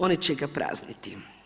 Oni će ga prazniti.